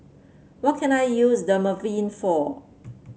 what can I use Dermaveen for